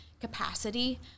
capacity